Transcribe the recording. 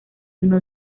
uno